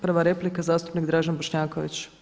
Prva replika zastupnik Dražen Bošnjaković.